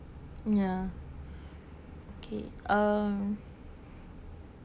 ya okay uh